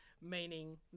meaning